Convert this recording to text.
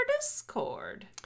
Discord